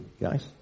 guys